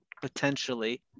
potentially